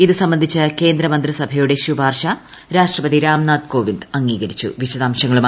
ഇതു സംബന്ധിച്ച കേന്ദ്ര മന്ത്രിസഭയുടെ ശുപാർശ രാഷ്ട്രപതി രാംനാഥ് കോവിന്ദ് അംഗീകരിച്ചു